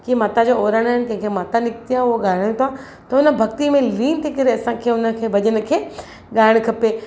कीअं माता जा ओराणा आहिनि कंहिंखे माता निकिती आहे उहे ॻाल्हाइनि था त हुन भॻतीअ में लीनु थी करे असांखे उनखे भॼन खे ॻाइणु खपे